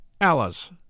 Alice